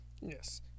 yes